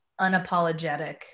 unapologetic